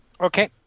Okay